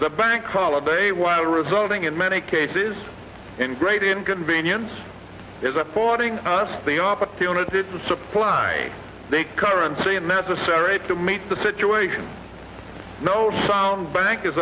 the bank holiday why resulting in many cases and great inconvenience it affording us the opportunity to supply the currency necessary to meet the situation no sound bank is